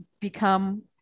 become